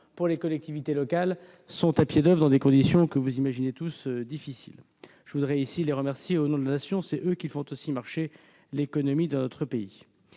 pour les collectivités locales -sont à pied d'oeuvre dans des conditions, vous pouvez l'imaginer, très difficiles. Je veux les remercier au nom de la Nation, car eux aussi font marcher l'économie de notre pays.